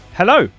hello